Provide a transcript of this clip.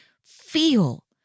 feel